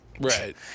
right